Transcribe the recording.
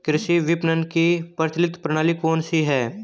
कृषि विपणन की प्रचलित प्रणाली कौन सी है?